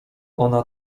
ona